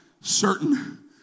certain